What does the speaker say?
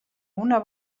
una